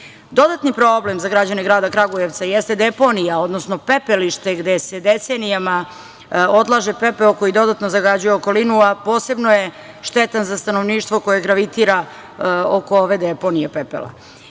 problem za građane grada Kragujevca jeste deponija, odnosno pepelište gde se decenijama odlaže pepeo koji dodatno zagađuje okolinu, a posebno je štetan za stanovništvo koje gravitira oko ove deponije pepela. Imali